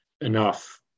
enough